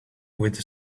with